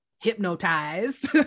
hypnotized